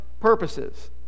purposes